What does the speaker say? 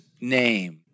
name